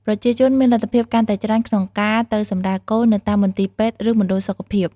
ប្រជាជនមានលទ្ធភាពកាន់តែច្រើនក្នុងការទៅសម្រាលកូននៅតាមមន្ទីរពេទ្យឬមណ្ឌលសុខភាព។